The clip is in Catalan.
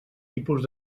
tipus